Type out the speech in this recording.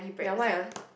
ya why ah